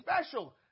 special